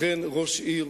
לכן ראש עיר,